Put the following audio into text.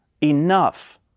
enough